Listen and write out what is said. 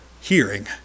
hearing